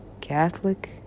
catholic